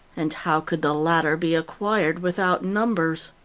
and how could the latter be acquired without numbers?